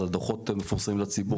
אז הדוחות מפורסמים לציבור,